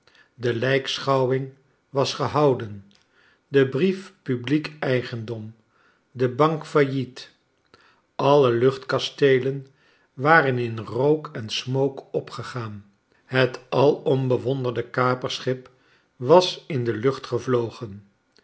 de lijkschouwing was gehouden de brief publiek eigendom de bank failliet alle luchtkasteelen waren in rook en smook opgegaan het alom bewonderde kaperschip was in de lucht gevlogen